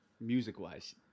music-wise